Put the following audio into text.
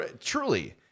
Truly